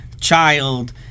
child